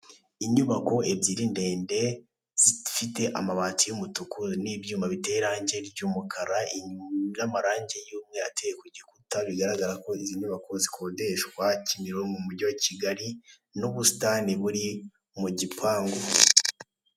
Inyubako ibyire ndende zifite amabati y'umutuku n'ibyuma biteye iragi ry'umukara, n'amaragi y'umweru ataye ku gikuta, bigaragara ko izi nyubako Zikondeshwa kimironko mu mugi wa Kigali. N'ubusitani buri mu gipangu.